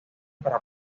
para